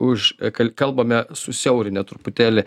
už kal kalbame susiaurinę truputėlį